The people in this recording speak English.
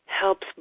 helps